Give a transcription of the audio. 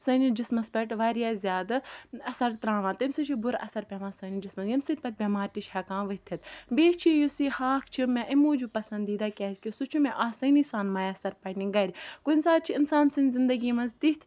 سٲنِس جِسمَس پیٚٹھ واریاہ زیادٕ اَثَر تراوان تمہِ سۭتۍ چھُ بُرٕ اَثَر پیٚوان سٲنِس جِسمَس ییٚمہِ سۭتۍ پَتہٕ بیٚمار تہِ چھِ ہیٚکان ؤتھِتھ بیٚیہِ چھُ یُس یہِ ہاکھ چھُ مےٚ امہِ موٗجوٗب پَسَندیٖدہ کیازکہِ سُہ چھُ مےٚ آسٲنی سان مَیَسَر پَننہِ گَرِ کُنہِ ساتہٕ چھِ اِنسان سٕنٛدِ زِندَگی مَنٛز تِتھ